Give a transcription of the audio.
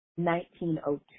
1902